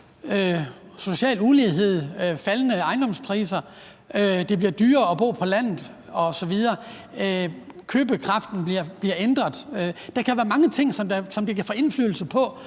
social ulighed, faldende ejendomspriser, at det bliver dyrere at bo på landet, købekraften bliver ændret osv. Der kan være mange ting, som det kan få indflydelse på,